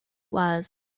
was